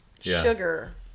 sugar